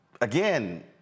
again